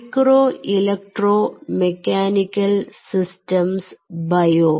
micro electro mechanical systems bio